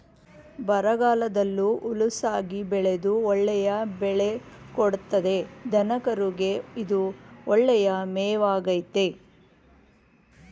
ಬರಗಾಲದಲ್ಲೂ ಹುಲುಸಾಗಿ ಬೆಳೆದು ಒಳ್ಳೆಯ ಬೆಳೆ ಕೊಡ್ತದೆ ದನಕರುಗೆ ಇದು ಒಳ್ಳೆಯ ಮೇವಾಗಾಯ್ತೆ